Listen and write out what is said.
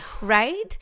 right